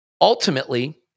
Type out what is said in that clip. ultimately